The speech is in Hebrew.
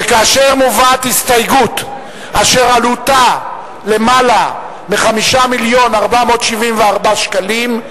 שכאשר מובאת הסתייגות אשר עלותה יותר מ-5 מיליון ו-474,000 שקלים,